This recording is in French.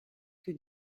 que